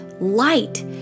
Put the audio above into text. light